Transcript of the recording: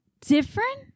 different